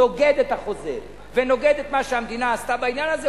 שנוגד את החוזה ונוגד את מה שהמדינה עשתה בעניין הזה,